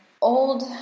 old